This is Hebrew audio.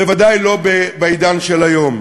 בוודאי לא בעידן של היום.